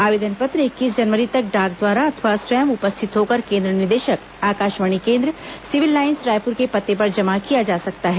आवेदन पत्र इक्कीस जनवरी तक डाक द्वारा अथवा स्वयं उपस्थित होकर केन्द्र निदेशक आकाशवाणी केन्द्र सिविल लाईन्स रायपुर के पते पर जमा किया जा सकता है